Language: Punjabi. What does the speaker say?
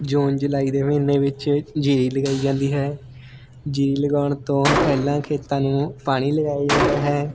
ਜੂਨ ਜੁਲਾਈ ਦੇ ਮਹੀਨੇ ਵਿੱਚ ਜੀਰੀ ਲਗਾਈ ਜਾਂਦੀ ਹੈ ਜੀਰੀ ਲਗਾਉਣ ਤੋਂ ਪਹਿਲਾਂ ਖੇਤਾਂ ਨੂੰ ਪਾਣੀ ਲਗਾਇਆ ਜਾਂਦਾ ਹੈ